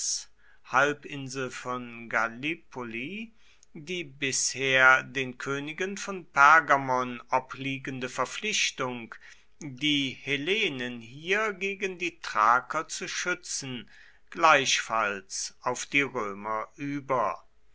die bisher den königen von pergamon obliegende verpflichtung die hellenen hier gegen die thraker zu schützen gleichfalls auf die römer über